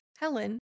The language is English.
Helen